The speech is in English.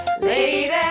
Lady